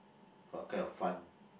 what kind of fun